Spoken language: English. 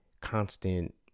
constant